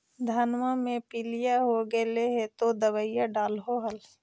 धनमा मे पीलिया हो गेल तो दबैया डालो हल?